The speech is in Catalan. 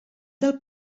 del